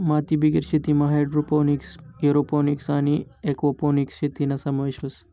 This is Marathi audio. मातीबिगेर शेतीमा हायड्रोपोनिक्स, एरोपोनिक्स आणि एक्वापोनिक्स शेतीना समावेश व्हस